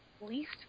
Least